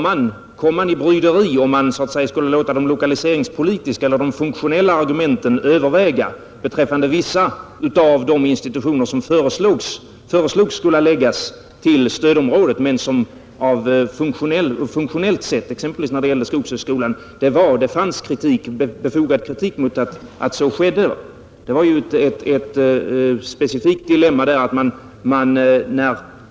Man kom i bryderi huruvida man skulle låta de lokaliseringspolitiska eller de funktionella argumenten överväga beträffande vissa av de institutioner som föreslogs skola läggas till stödområdet men i fråga om vilka det funktionellt sett, exempelvis beträffande skogshögskolan, med fog kunde kritiseras att så skedde. Det var ett specifikt dilemma.